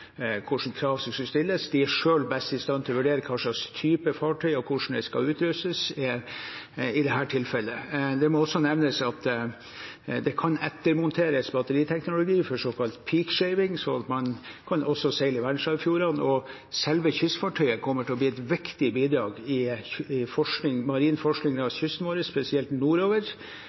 vurdere hva slags type fartøy og hvordan det skal utløses i dette tilfellet. Det må også nevnes at det kan ettermonteres batteriteknologi for «peak shaving», slik at man også kan seile i verdensarvfjordene. Selve kystfartøyet kommer til å bli et viktig bidrag i marin forskning langs kysten vår, spesielt nordover,